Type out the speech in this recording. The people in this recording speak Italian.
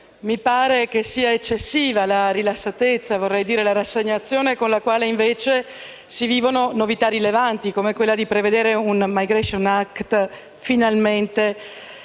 infatti che sia eccessiva la rilassatezza, se non la rassegnazione, con la quale si vivono novità rilevanti come quella di prevedere un *migration act* finalmente